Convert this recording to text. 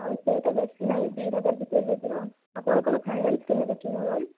ଆଉ ସେଇଟା ବେଶୀ ନାଇଁ ଦୁଇହଜାର ଭିତରେ ହୋଇଯିବ ଆପଣ କଣ ଫାଇନାନ୍ସରେ ନେବେକି ମୋବାଇଲ୍